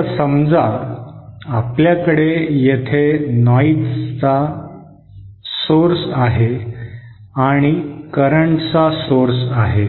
आता समजा आपल्याकडे येथे नॉइजचा सोर्स स्रोत आहे आणि करंटचा प्रवाहाचा सोर्स स्रोत आहे